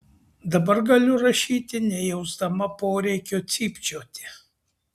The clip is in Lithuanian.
dabar galiu rašyti nejausdama poreikio cypčioti